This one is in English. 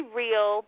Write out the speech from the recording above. real